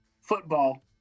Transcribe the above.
football